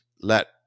let